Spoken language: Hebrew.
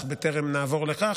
אך בטרם נעבור לכך,